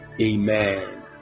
Amen